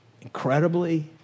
incredibly